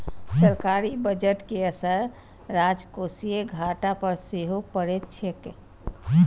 सरकारी बजट के असर राजकोषीय घाटा पर सेहो पड़ैत छैक